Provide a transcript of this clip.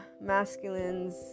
masculines